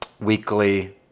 weekly